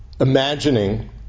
imagining